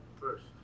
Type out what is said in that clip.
First